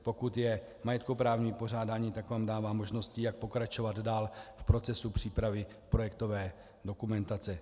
Pokud je majetkoprávní vypořádání, tak tam dává možnost, jak pokračovat dál v procesu přípravy projektové dokumentace.